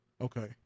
Okay